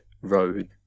road